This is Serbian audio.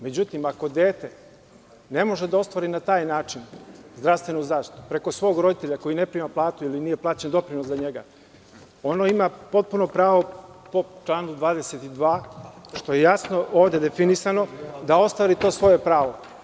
Međutim, ako dete ne može da ostvari na taj način zdravstvenu zaštitu, preko svog roditelja koji ne prima platu ili nije plaćen doprinos za njega, ono ima potpuno pravo po članu 22, što je jasno ovde definisano, da ostvari to svoje pravo.